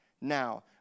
now